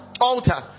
altar